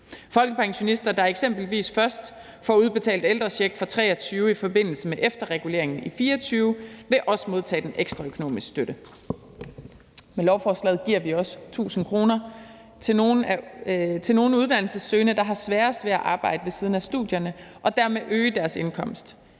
Folkepensionister, der eksempelvis først får udbetalt ældrecheck for 2023 i forbindelse med efterreguleringen i 2024, vil også modtage den ekstra økonomiske støtte. Med lovforslaget giver vi også 1.000 kr. til nogle uddannelsessøgende, der har sværest ved at arbejde ved siden af studierne og dermed øge deres indkomst.